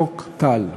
חוק טל.